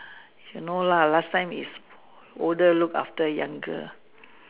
you know lah last time is older look after younger